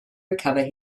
recover